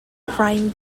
crying